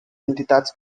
entitats